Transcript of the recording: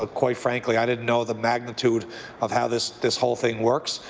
ah quite frankly, i didn't know the magnitude of how this this whole thing works.